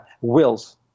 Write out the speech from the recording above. wills